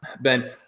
Ben